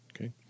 Okay